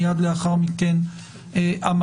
מיד לאחר מכן המטה.